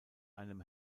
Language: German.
einem